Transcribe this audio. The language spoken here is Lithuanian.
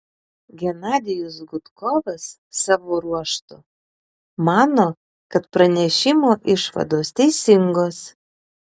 genadijus gudkovas savo ruožtu mano kad pranešimo išvados teisingos